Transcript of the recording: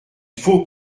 faut